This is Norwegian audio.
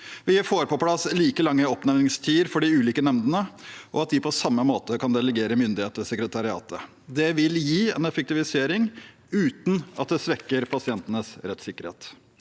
Vi får på plass like lange oppnevningstider for de ulike nemndene og at de på samme måte kan delegere myndighet til sekretariatet. Det vil gi en effektivisering uten at det svekker pasientenes rettssikkerhet.